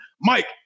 Mike